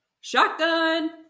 Shotgun